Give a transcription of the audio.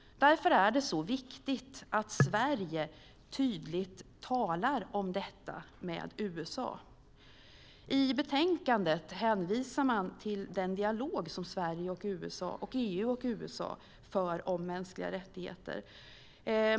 Därför är det så viktigt att Sverige talar tydligt om detta med USA. I betänkandet hänvisar man till den dialog som Sverige och USA samt EU och USA för om mänskliga rättigheter.